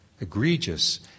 egregious